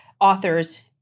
authors